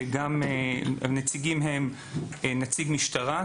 הנציגים הם נציג משטרה,